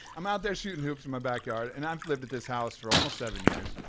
i'm out there shooting hoops in my backyard. and i've lived at this house for almost seven years.